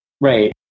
Right